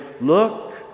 look